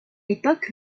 époque